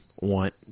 want